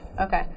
Okay